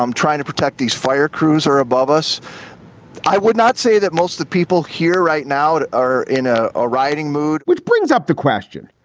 um trying to protect these fire crews are above us i would not say that most people here right now are in a ah rioting mood, which brings up the question,